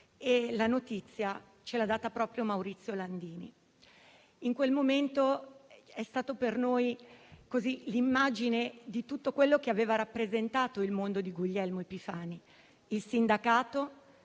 e la notizia ce l'ha data proprio Maurizio Landini. Quel momento è stato per noi l'immagine di tutto quello che aveva rappresentato il mondo di Guglielmo Epifani; il sindacato